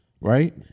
right